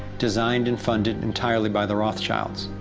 designed and funded entirely by the rothschilds.